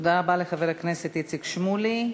תודה רבה לחבר הכנסת איציק שמולי.